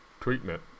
treatment